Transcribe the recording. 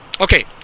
Okay